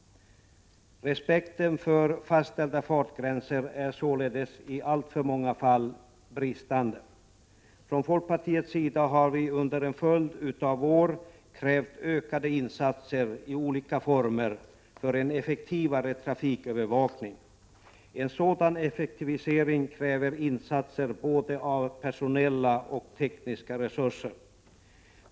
Respekten för fastställda fartgränser är således i alltför många fall bristande. Från folkpartiets sida har vi under en följd av år krävt ökade insatser, i olika former, för en effektivare trafikövervakning. En sådan effektivisering kräver insatser av både personella och tekniska resurser.